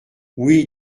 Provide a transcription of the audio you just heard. oui